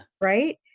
Right